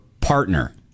partner